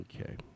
Okay